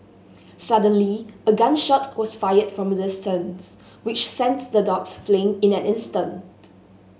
suddenly a gun shot was fired from the distance which sent the dogs fleeing in an instant